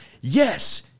yes